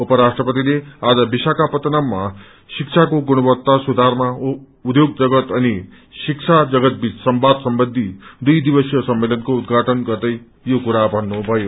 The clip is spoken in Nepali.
उप राष्ट्रपतिले आज विशाखापत्तनममा शिक्षाको गुणवत्ता सुधारमा उध्योग जगत अनि शिक्षा जगतबीच संवाद सम्बन्धी दुइ दिवसीय सम्मेलनको उद्घाटन गर्दै यो कुरा भन्नुभयो